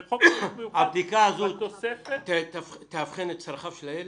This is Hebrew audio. שבתוספת בחוק חינוך מיוחד --- האם הבדיקה הזו תאבחן את צרכיו של הילד?